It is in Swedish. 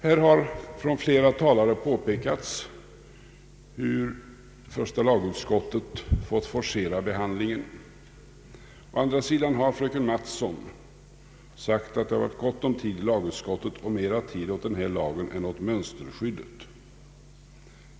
Här har av flera talare påpekats hur första lagutskottet fått forcera behandlingen av detta ärende. å andra sidan har fröken Mattson sagt att det har varit gott om tid för behandlingen i lag utskottet och att mera tid kunnat ägnas åt den här lagen än åt lagen om mönsterskydd.